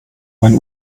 mein